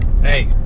Hey